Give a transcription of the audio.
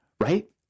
right